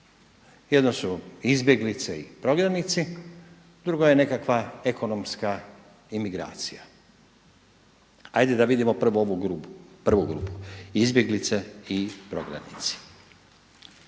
Jedno su izbjeglice i prognanici, drugo je nekakva ekonomska imigracija. Hajde da vidimo prvo ovu prvu grupu izbjeglice i prognanici.